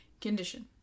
condition